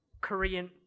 Korean